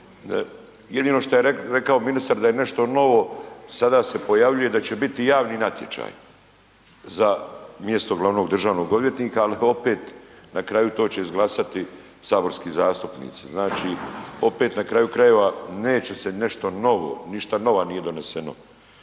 Jedino što je rekao ministar da je nešto novo sada se pojavljuje da će biti javni natječaj za mjesto glavnog državnog odvjetnika, ali opet na kraju to će izglasati saborski zastupnici. Znači, opet na kraju krajeva neće se nešto novo, ništa nova nije doneseno.